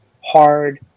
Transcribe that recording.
hard